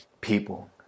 people